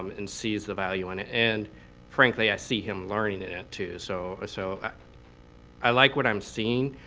um and sees the value in it. and frankly, i see him learning in it, too. so so i like what i'm seeing.